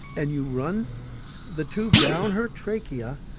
and you run the tube down her trachea,